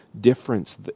difference